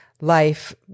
life